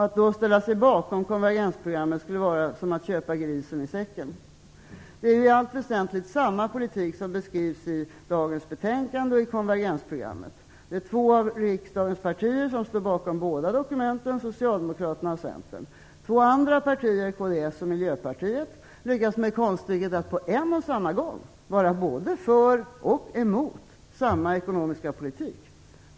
Att då ställa sig bakom konvergensprogrammet skulle vara som att köpa grisen i säcken. Det är i allt väsentligt samma politik som beskrivs i dagens betänkande och i konvergensprogrammet. Två av riksdagens partier står bakom båda dokumenten, nämligen Socialdemokraterna och Centern. Två andra partier, kds och Miljöpartiet, lyckas med konststycket att på en och samma gång vara både för och emot samma ekonomiska politik.